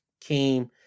came